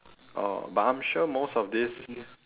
oh but I'm sure most of this